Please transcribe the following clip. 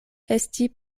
esti